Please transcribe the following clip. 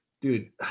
Dude